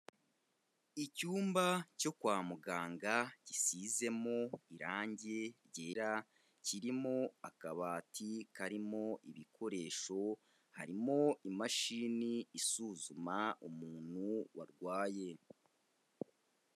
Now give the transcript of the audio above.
Icyumba cyo kwa muganga gisizemo irangi ryera, kirimo akabati karimo ibikoresho, harimo imashini isuzuma umuntu warwaye.